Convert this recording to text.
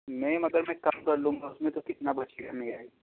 میم اگر میں کم کر لوں گا اس میں تو کتنا بچے گا میرا ہی